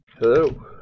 Hello